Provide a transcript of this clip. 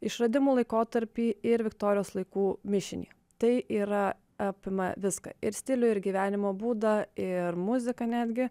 išradimų laikotarpį ir viktorijos laikų mišinį tai yra apima viską ir stilių ir gyvenimo būdą ir muziką netgi